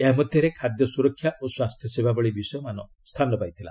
ଏହା ମଧ୍ୟରେ ଖାଦ୍ୟ ସୁରକ୍ଷା ଓ ସ୍ୱାସ୍ଥ୍ୟସେବା ଭଳି ବିଷୟମାନ ସ୍ଥାନ ପାଇଥିଲା